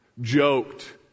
joked